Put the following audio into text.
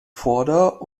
vorder